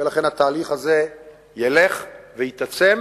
ולכן התהליך הזה ילך ויתעצם,